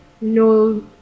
no